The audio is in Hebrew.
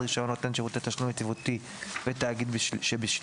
רישיון נותן שירותי תשלום יציבותי ותאגיד שבשליטתו".